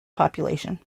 population